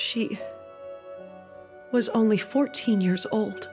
she was only fourteen years old